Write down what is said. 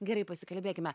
gerai pasikalbėkime